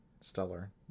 stellar